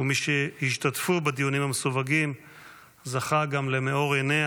מי שהשתתף בדיונים המסווגים זכה גם למאור עיניה